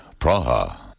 Praha